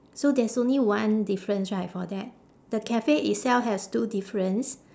so there's only one difference right for that the cafe itself has two difference